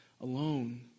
alone